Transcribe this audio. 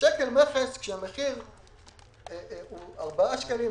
שקל מכס כאשר המחיר הוא 4 שקלים,